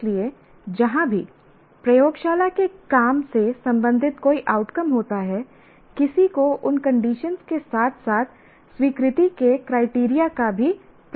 इसलिए जहां भी प्रयोगशाला के काम से संबंधित कोई आउटकम होता है किसी को उन कंडीशन के साथ साथ स्वीकृति के क्राइटेरिया का भी प्रयास करना चाहिए